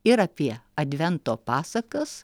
ir apie advento pasakas